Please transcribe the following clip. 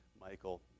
Michael